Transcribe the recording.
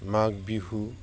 Magh Bihu